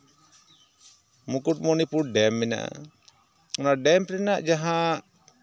Mukutmanipur dam ᱢᱮᱱᱟᱜᱼᱟ ᱚᱱᱟ dam ᱨᱮᱱᱟᱜ ᱡᱟᱦᱟᱸ